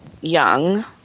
young